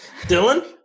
Dylan